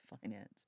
finance